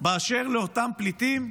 באשר לאותם פליטים?